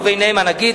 וביניהם הנגיד,